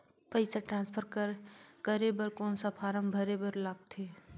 पईसा ट्रांसफर करे बर कौन फारम भरे बर लगथे?